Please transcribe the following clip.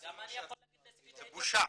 זו בושה.